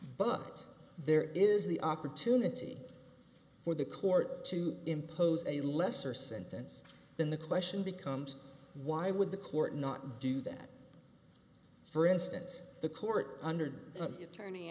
but there is the opportunity for the court to impose a lesser sentence than the question becomes why would the court not do that for instance the court under an attorney